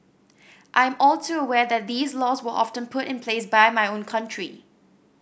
I'm all too aware that these laws were often put in place by my own country